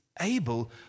able